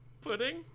Pudding